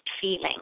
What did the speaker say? feeling